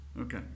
Okay